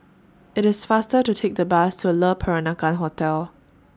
IT IS faster to Take The Bus to Le Peranakan Hotel